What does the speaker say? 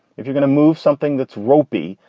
if you're gonna move something that's ropey,